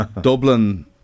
Dublin